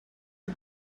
you